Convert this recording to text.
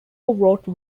wrote